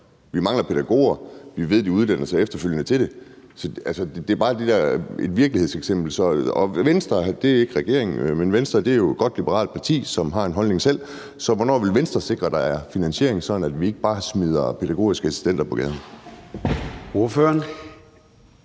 Vi mangler pædagoger, og vi ved, at de efterfølgende uddanner sig til det. Det her er bare et eksempel fra virkeligheden. Jeg spørger Venstre og ikke regeringen. Venstre er jo et godt liberalt parti, som selv har en holdning, så hvornår vil Venstre sikre, at der er finansiering, sådan at vi ikke bare smider pædagogiske assistenter på gaden? Kl.